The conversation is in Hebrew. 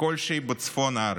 כלשהי בצפון הארץ.